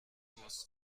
musst